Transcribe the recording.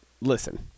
listen